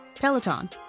Peloton